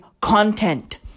content